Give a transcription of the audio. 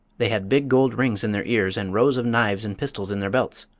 they had big gold rings in their ears and rows of knives and pistols in their belts.